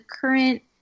current